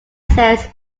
says